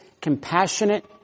compassionate